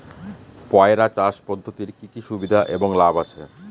পয়রা চাষ পদ্ধতির কি কি সুবিধা এবং লাভ আছে?